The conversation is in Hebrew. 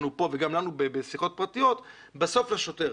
פה וגם לנו בשיחות פרטיות בסוף לשוטר,